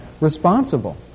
responsible